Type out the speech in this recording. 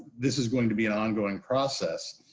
this is going to be an ongoing process.